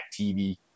TV